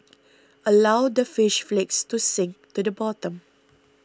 allow the fish flakes to sink to the bottom